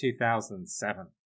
2007